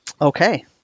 Okay